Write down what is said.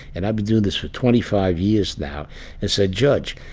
and i've been doing this for twenty five years now as a judge.